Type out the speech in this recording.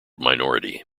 minority